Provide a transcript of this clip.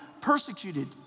persecuted